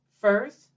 First